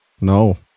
No